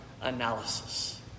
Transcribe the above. analysis